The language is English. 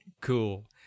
cool